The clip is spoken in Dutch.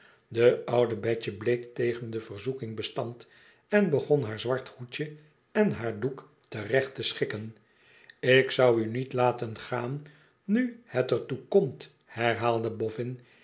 de oude betje bleek tegen de verzoeking bestand en begon haar zwart hoedje en haar doek te recht te schikken ik zou u niet laten gaan nu het er toe komt herhaalde boffin